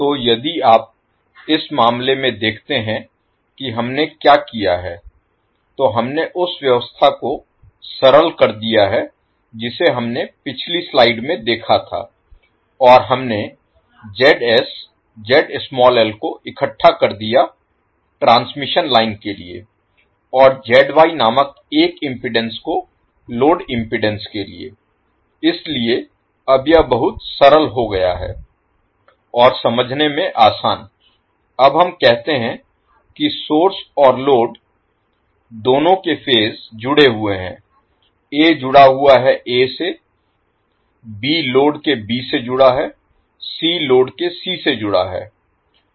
तो यदि आप इस मामले में देखते हैं कि हमने क्या किया है तो हमने उस व्यवस्था को सरल कर दिया है जिसे हमने पिछली स्लाइड में देखा था और हमने को इकट्ठा कर दिया ट्रांसमिशन लाइन के लिए और नामक एक इम्पीडेन्स को लोड इम्पीडेन्स के लिए इसलिए अब यह बहुत सरल हो गया है और समझने में आसान अब हम कहते हैं कि सोर्स और लोड दोनों के फेज जुड़े हुए हैं A जुड़ा हुआ है A से B लोड के B से जुड़ा है C लोड के C से जुड़ा है